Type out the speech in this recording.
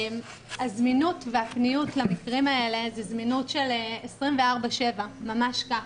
הזמינות והפניות למקרים האלה היא זמינות של 24/7. ממש כך.